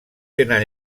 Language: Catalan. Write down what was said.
tenen